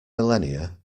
millenia